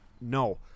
no